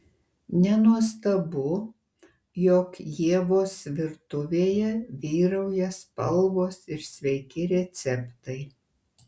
nenuostabu jog ievos virtuvėje vyrauja spalvos ir sveiki receptai